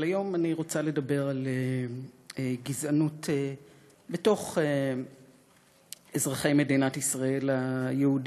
אבל היום אני רוצה לדבר על גזענות בתוך אזרחי מדינת ישראל היהודים,